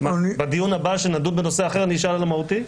בדיון הבא כשנדון במשהו אחר נשאל על "מהותי"?